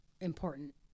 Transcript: Important